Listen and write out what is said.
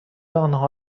آنها